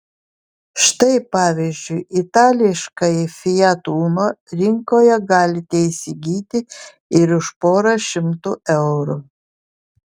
štai pavyzdžiui itališkąjį fiat uno rinkoje galite įsigyti ir už porą šimtų eurų